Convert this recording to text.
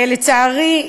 לצערי,